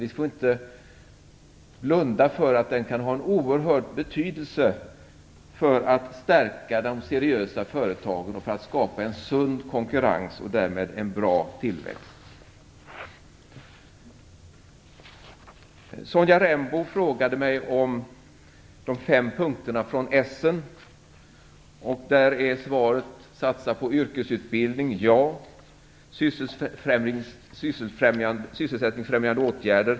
Vi får inte blunda för att den kan ha en oerhörd betydelse för att stärka de seriösa företagen och skapa en sund konkurrens och därmed en bra tillväxt. Sonja Rembo frågade mig om de fem punkterna från Essen. Jag skall ta upp dem en och en och komma med ett svar. Sysselsättningsfrämjande åtgärder.